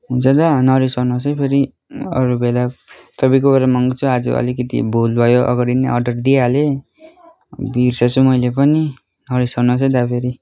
हुन्छ दा नरिसाउनुहोस् है फेरि अरू बेला तपाईँकैबाट मगाउँछु आज अलिकति भुल भयो अगाडि नै अर्डर दिइहालेँ बिर्सेछु मैले पनि नरिसाउनुहोस् है दा फेरि